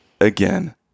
again